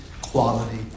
quality